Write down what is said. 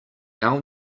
our